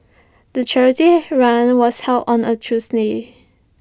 the charity run was held on A Tuesday